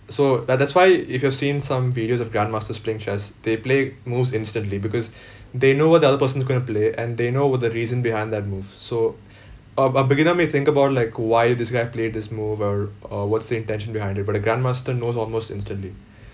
so ya that's why if you've seen some videos of grandmasters playing chess they play moves instantly because they know what the other person's going to play and they know what the reason behind that move so uh a beginner may think about like why this guy played this move or uh what's the intention behind it but a grandmaster knows almost instantly